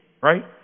right